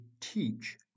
teach